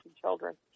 Children